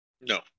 No